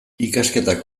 ikasketa